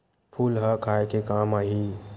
फूल ह खाये के काम आही?